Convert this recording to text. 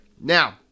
Now